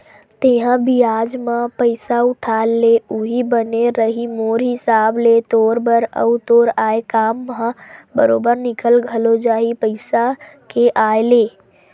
तेंहा बियाज म पइसा उठा ले उहीं बने रइही मोर हिसाब ले तोर बर, अउ तोर आय काम ह बरोबर निकल घलो जाही पइसा के आय ले